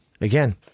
again